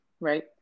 right